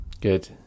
Good